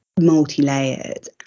Multi-layered